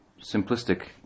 simplistic